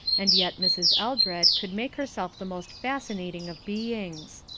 and yet mrs. eldred could make herself the most fascinating of beings.